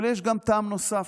אבל יש גם טעם נוסף